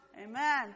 Amen